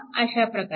अशा प्रकारे